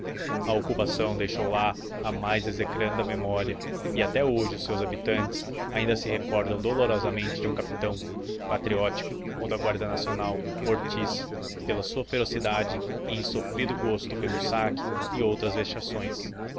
a ocupação deixou lá a mais execranda memória e até hoje os seus habitantes ainda se recordam dolorosamente de um capitão patriótico ou da guarda nacional ortiz pela sua ferocidade e insofrido gosto pelo saque e outras vexações